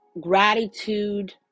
gratitude